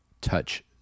touch